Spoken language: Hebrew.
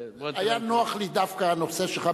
היה נוח לי דווקא הנושא שלך,